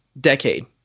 decade